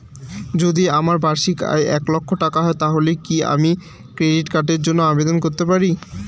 যদি আমার বার্ষিক আয় এক লক্ষ টাকা হয় তাহলে কি আমি ক্রেডিট কার্ডের জন্য আবেদন করতে পারি?